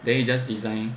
then he just design